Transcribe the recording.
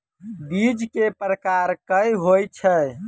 बीज केँ प्रकार कऽ होइ छै?